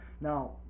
Now